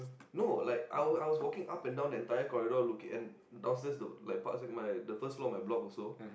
no like I was I was walking up and down the entire corridor looking and downstairs to like parks and my the first floor of my block also